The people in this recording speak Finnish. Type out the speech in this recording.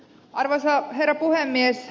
arvoisa herra puhemies